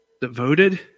devoted